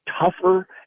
tougher